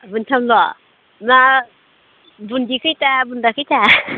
माथामल' ना बुन्दि खैथा बुन्दा खैथा